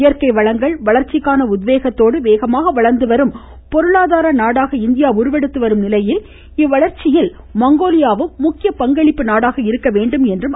இயற்கைவளங்கள் வளர்ச்சிக்கான உத்வேகத்தோடு வேகமாக வளர்ந்துவரும் பொருளாதார நாடாக இந்தியா உருவெடுத்துவரும் நிலையில் இவ்வளர்ச்சியில் மங்கோலியாவும் முக்கிய பங்களிப்பு நாடாக இருக்க வேண்டும் என்று அவர் எடுத்துரைத்தார்